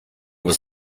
was